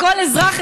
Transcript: כל אזרח,